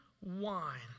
wine